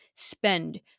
Spend